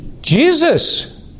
Jesus